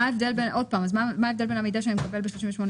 מה ההבדל בין המידע שאדם מקבל בסעיף